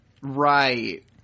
Right